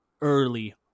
early